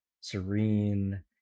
serene